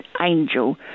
angel